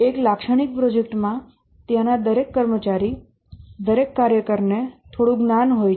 એક લાક્ષણિક પ્રોજેક્ટમાં ત્યાંના દરેક કર્મચારી દરેક કાર્યકરને થોડું જ્ઞાન હોય છે